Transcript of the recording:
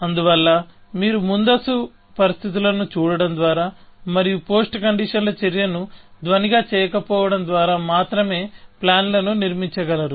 అందువల్ల మీరు ముందస్తు పరిస్థితులను చూడటం ద్వారా మరియు పోస్ట్ కండిషన్ ల చర్యను ధ్వనిగా చేయకపోవడం ద్వారా మాత్రమే ప్లాన్ లను నిర్మించగలరు